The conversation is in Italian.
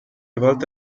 volte